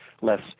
less